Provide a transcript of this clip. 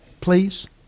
please